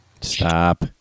Stop